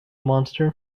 monster